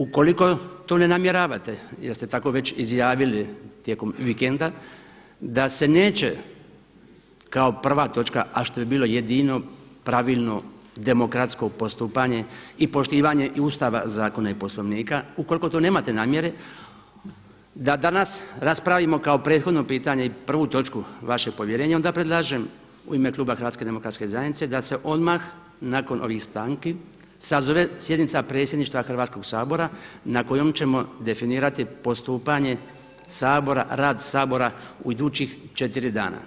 Ukoliko to ne namjeravate jer ste tako već izjavili tijekom vikenda, da se neće kao prva točka, a što je bilo jedino pravilno demokratsko postupanje i poštivanje i Ustava, zakona i Poslovnika, ukoliko to nemate namjere da danas raspravimo kao prethodno pitanje i prvu točku vaše povjerenje, onda predlažem u ime kluba Hrvatske demokratske zajednice da se odmah nakon ovih stanki sazove sjednica Predsjedništva Hrvatskog sabora na kojoj ćemo definirati postupanje Sabora, rad Sabora u idućih četiri dana.